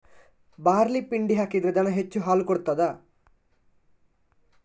Barley ಪಿಂಡಿ ಹಾಕಿದ್ರೆ ದನ ಹೆಚ್ಚು ಹಾಲು ಕೊಡ್ತಾದ?